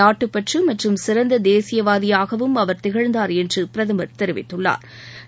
நாட்டுப்பற்றும் மற்றும் சிறந்த தேசியவாதியாகவும் அவா் திகழ்ந்தாா் என்று பிரதமா் தெரிவித்துள்ளாா்